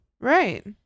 Right